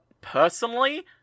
personally